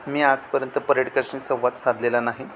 मी आजपर्यंत पर्यटकाशी संवाद साधलेला नाही